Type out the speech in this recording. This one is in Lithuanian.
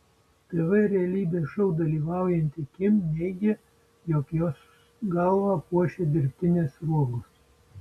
tv realybės šou dalyvaujanti kim neigia jog jos galvą puošia dirbtinės sruogos